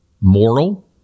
moral